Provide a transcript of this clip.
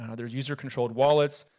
um there's user controlled wallets,